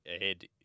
ahead